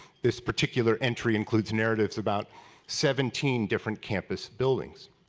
this particular entry includes narratives about seventeen different campus buildings.